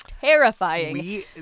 Terrifying